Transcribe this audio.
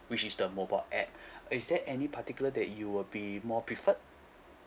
which is the mobile app is there any particular that you will be more preferred